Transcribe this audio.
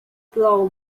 blown